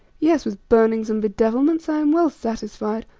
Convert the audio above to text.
yes, with burnings and bedevilments i am well satisfied.